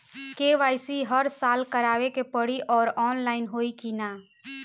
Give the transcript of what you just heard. KYC हर साल करवावे के पड़ी और ऑनलाइन होई की ना?